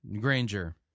Granger